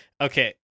okay